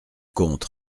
comte